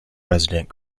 resident